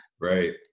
Right